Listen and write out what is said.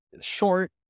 short